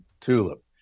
TULIP